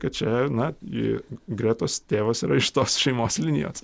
kad čia na ir gretos tėvas yra iš tos šeimos linijos